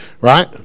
right